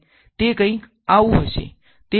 તે કંઈક આવું હશે